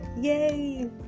Yay